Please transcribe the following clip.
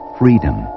freedom